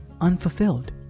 unfulfilled